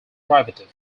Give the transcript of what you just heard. derivative